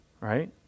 right